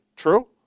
true